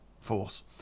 force